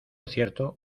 cierto